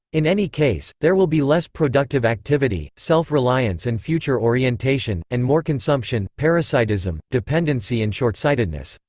in any case, there will be less productive activity, self-reliance and future-orientation, and more consumption, parasitism, dependency and shortsightedness.